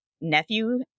nephew